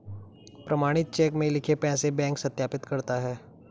प्रमाणित चेक में लिखे पैसे बैंक सत्यापित करता है